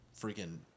freaking